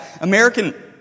American